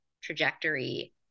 trajectory